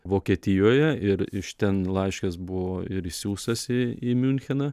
vokietijoje ir iš ten laiškas buvo ir išsiųstas į į miuncheną